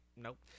Nope